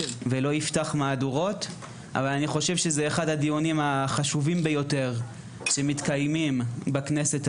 אבל זהו אחד הדיונים החשובים ביותר שמתקיימים היום בכנסת.